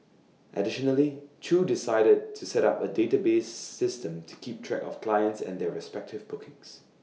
additionally chew decided to set up A database system to keep track of clients and their respective bookings